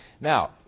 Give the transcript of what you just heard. Now